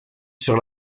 sur